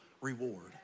reward